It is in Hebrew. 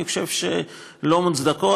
אני חושב שהן לא מוצדקות.